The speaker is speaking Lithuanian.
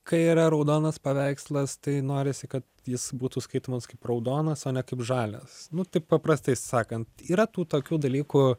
kai yra raudonas paveikslas tai norisi kad jis būtų skaitomas kaip raudonas o ne kaip žalias nu taip paprastai sakant yra tų tokių dalykų